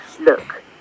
look